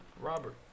Robert